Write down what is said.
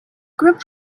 group